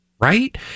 right